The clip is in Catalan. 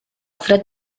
fred